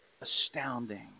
astounding